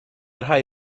rhai